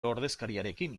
ordezkariarekin